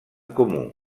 comú